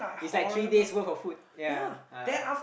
it's like three days worth of food ya (uh huh)